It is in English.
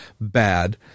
bad